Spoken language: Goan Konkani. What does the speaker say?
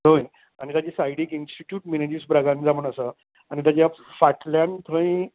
थंय आनी ताच्या सायडीक इंस्टीट्यूट मिनेजीस ब्रगांजा म्हणून आसा आनी ताच्या फाटल्यान थंय